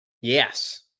yes